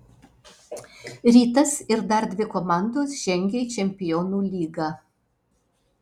rytas ir dar dvi komandos žengia į čempionų lygą